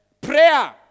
prayer